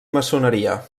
maçoneria